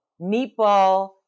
Meatball